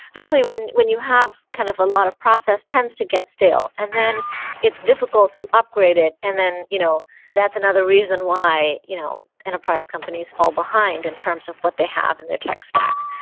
especially when when you have kind of a lot of process, tends to get stale. and then it's difficult to upgrade it, and then you know that's another reason why you know enterprise companies fall behind in terms of what they have in their tech stack.